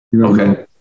Okay